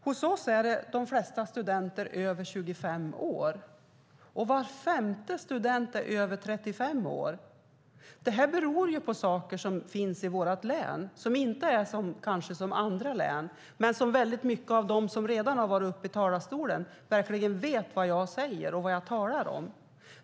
Hos oss är de flesta studenter över 25 år, och var femte student är över 35 år. Det beror på sådant i vårt län som kanske inte är som i andra län, men de som redan har varit uppe i talarstolen vet verkligen vad jag talar om.